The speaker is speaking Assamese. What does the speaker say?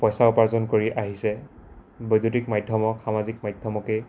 পইচা উপাৰ্জন কৰি আহিছে বৈদ্যুতিক মাধ্যমক সামাজিক মাধ্যমকেই